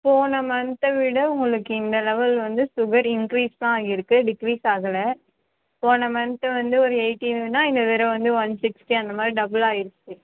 போன மந்த்தை விட உங்களுக்கு இந்த லெவல் வந்து சுகர் இன்க்ரீஸ் தான் ஆகிருக்கு டிக்ரீஸ் ஆகலை போன மந்த்து வந்து ஒரு எய்ட்டீனுன்னா இந்த தடவை வந்து ஒன் சிக்ஸ்ட்டி அந்த மாதிரி டபுள் ஆகிருக்கு